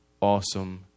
awesome